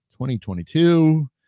2022